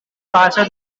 faster